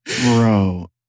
Bro